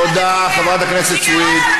תודה, חברת הכנסת סויד.